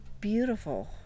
beautiful